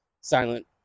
silent